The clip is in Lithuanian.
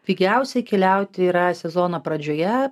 pigiausia keliauti yra sezono pradžioje